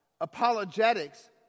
apologetics